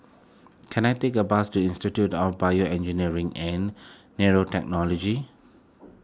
can I take a bus to Institute of BioEngineering and Nanotechnology